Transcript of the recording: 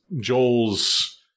Joel's